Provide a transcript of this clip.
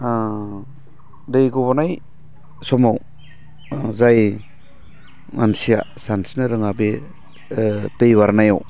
दै गनाय समाव जाय मानसिया सानस्रिनो रोङा बे दै बारनायाव